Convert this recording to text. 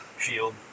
Shield